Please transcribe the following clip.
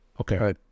Okay